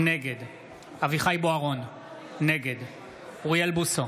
נגד אביחי אברהם בוארון נגד אוריאל בוסו,